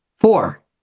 Four